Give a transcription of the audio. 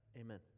amen